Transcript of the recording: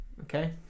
Okay